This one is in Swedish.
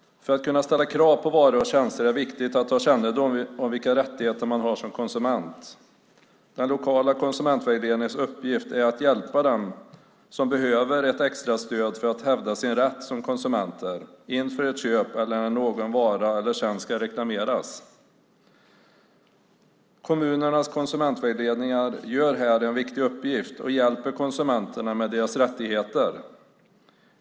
För att kunna ställa krav på varor och tjänster är det viktigt att ha kännedom om vilka rättigheter man har som konsument. Den lokala konsumentvägledningens uppgift är att hjälpa den som behöver ett extra stöd för att hävda sin rätt som konsument inför ett köp eller när någon vara eller tjänst ska reklameras. Kommunernas konsumentvägledningar utför här en viktig uppgift och hjälper konsumenterna med deras rättigheter.